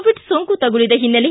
Covid ಸೋಂಕು ತಗುಲಿದ ಹಿನ್ನೆಲೆ